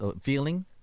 feeling